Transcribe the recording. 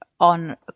on